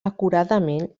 acuradament